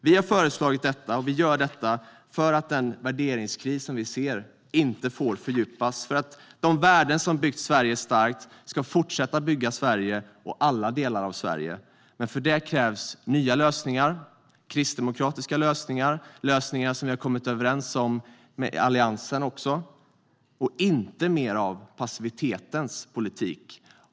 Vi har föreslagit detta, och vi gör detta för att den värderingskris som vi ser inte får fördjupas och för att de värden som byggt Sverige starkt ska fortsätta bygga Sverige och alla delar av Sverige. Men för det krävs nya lösningar - kristdemokratiska lösningar och lösningar som vi har kommit överens om med Alliansen - och inte mer av passivitetens politik.